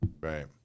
right